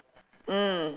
mm